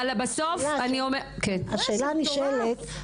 אבל בסוף --- זה מטורף.